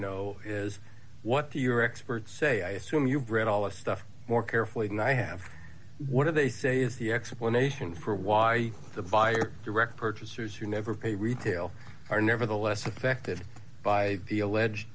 know is what do your experts say i assume you've read all this stuff more carefully than i have one of they say is the explanation for why the buyer direct purchasers who never pay retail are nevertheless affected by the alleged